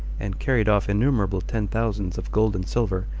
and carried off innumerable ten thousands of gold and silver,